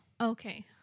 Okay